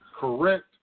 correct